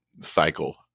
cycle